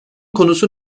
konusu